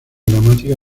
gramática